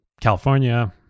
California